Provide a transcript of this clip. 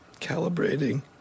Calibrating